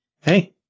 Hey